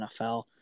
NFL